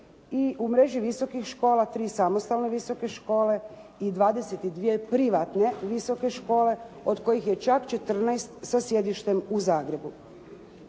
i u mreži visokih škola 3 samostalne visoke škole i 22 privatne visoke škole od kojih je čak 14 sa sjedištem u Zagrebu.